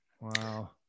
wow